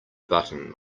button